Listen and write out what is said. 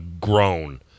grown